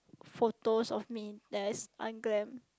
photos of me that's unglam